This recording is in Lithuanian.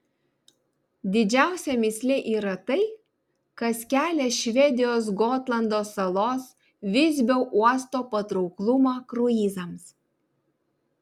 didžiausia mįslė yra tai kas kelia švedijos gotlando salos visbio uosto patrauklumą kruizams